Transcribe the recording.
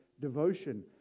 devotion